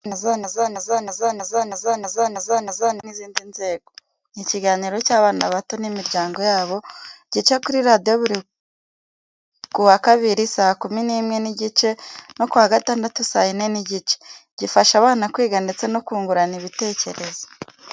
Kwamamaza ni ingenzi kugira ngo ibikorwa byawe bimenyekane, hano rero hari igitabo cyamamaza ikiganiro cyitwa "Itetero", gitegurwa n’ikigo cy’igihugu cy’itangazamakuru ku bufatanye n’izindi nzego. Ni ikiganiro cy’abana bato n’imiryango yabo. Gica kuri radiyo buri kuwa kabiri saa kumi n’imwe n’igice no kuwa gatandatu saa yine n’igice. Gifasha abana kwiga ndetse no kungurana ibitekerezo.